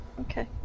Okay